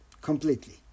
Completely